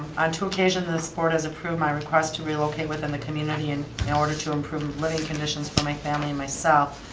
on two occasions this board has approved my request to relocate within the community in in order to improve living conditions for my family and myself.